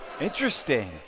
Interesting